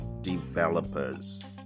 developers